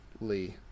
Lee